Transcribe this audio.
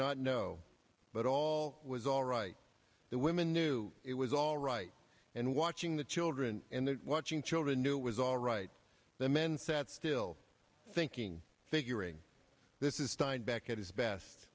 not know but all was all right the women knew it was all right and watching the children and the watching children knew it was all right the men sat still thinking figuring this is steinbeck at his best